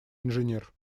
инженер